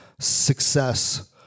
success